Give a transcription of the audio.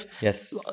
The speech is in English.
Yes